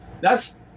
thats